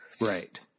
Right